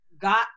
Got